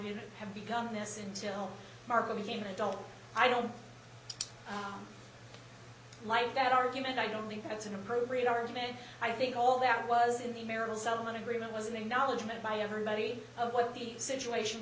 you have become this until marble became an adult i don't like that argument i don't think that's an appropriate argument i think all that was in the marital settlement agreement was the knowledge made by everybody of what the situation